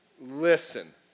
Listen